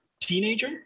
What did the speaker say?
teenager